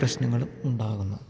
പ്രശ്നങ്ങളും ഉണ്ടാകുന്നു